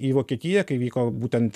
į vokietiją kai vyko būtent